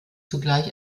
zugleich